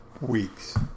weeks